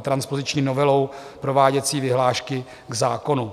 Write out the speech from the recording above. transpoziční novelou prováděcí vyhlášky k zákonu.